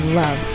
love